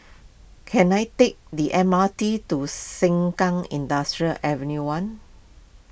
can I take the M R T to Sengkang Industrial Avenue one